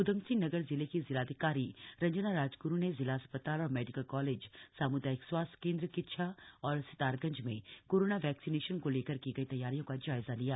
उधमसिंह नगर जिले की जिलाधिकारी रंजना राजग्रु ने जिला अस्पताल और मेडिकल कॉलेज साम्दायिक स्वास्थ्य केंद्र किच्छा और सितारगंज में कोरोना वक्क्सीनेशन को लेकर की गई तष्टारियों का जायजा लिया